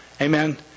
Amen